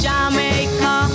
Jamaica